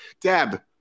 Deb